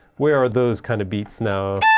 where are those kind of beats now